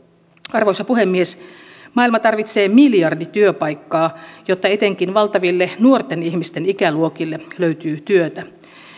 arvoisa puhemies maailma tarvitsee miljardi työpaikkaa jotta etenkin valtaville nuorten ihmisten ikäluokille löytyy työtä